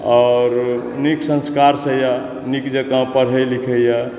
और नीक संस्कार से याए नीक जकाँ पढ़ै लिखैए